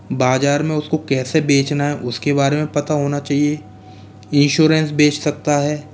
बाजार में उस को कैसे बेचना है उस के बारे में पता होना चहिए इंशोरेंस बेच सकता है